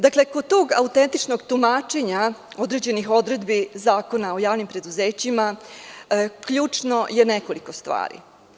Dakle, kod tog autentičnog tumačenja određenih odredbi Zakona o javnim preduzećima ključno je nekoliko stvari.